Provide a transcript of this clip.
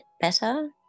better